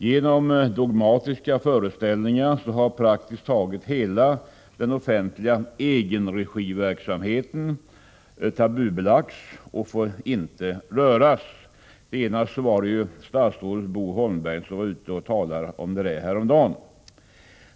Genom dogmatiska föreställningar har praktiskt taget hela den offentliga egenregiverksamheten tabubelagts, och den får inte röras. Statsrådet Bo Holmberg var ute och talade om detta häromdagen.